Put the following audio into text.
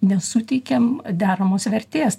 nesuteikiam deramos vertės